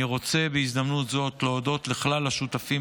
אני רוצה בהזדמנות זאת להודות לכלל השותפים